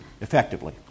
effectively